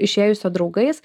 išėjusio draugais